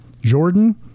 Jordan